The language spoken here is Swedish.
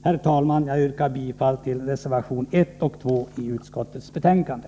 Herr talman! Jag yrkar bifall till reservationerna 1 och 2 i utskottets betänkande.